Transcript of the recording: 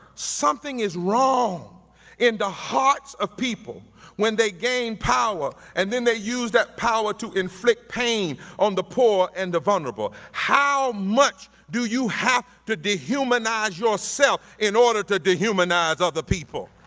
something is wrong in the hearts of people when they gain power and then they use that power to inflict pain on the poor and the vulnerable. how much do you have to dehumanize yourself in order to dehumanize other people?